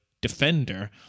defender